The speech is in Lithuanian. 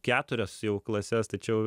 keturias jau klases tai čia jau